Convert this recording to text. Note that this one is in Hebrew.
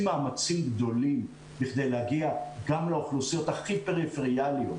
מאמצים גדולים בכדי להגיע לאוכלוסיות הכי פריפריאליות.